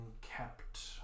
kept